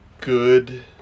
good